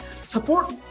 support